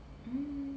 mm